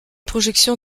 projection